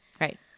Right